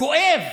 כואב